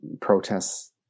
protests